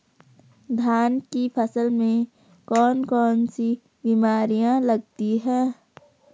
धान की फसल में कौन कौन सी बीमारियां लगती हैं?